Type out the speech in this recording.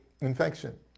infection